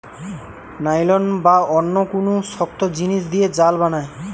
nylon বা অন্য কুনু শক্ত জিনিস দিয়ে জাল বানায়